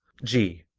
g.